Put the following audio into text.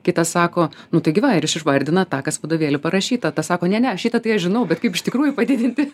kitas sako nu tai gi va ir jis išvardina tą kas vadovėly parašyta tas sako ne ne šitą tai aš žinau bet kaip iš tikrųjų padidinti